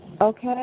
Okay